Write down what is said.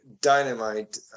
dynamite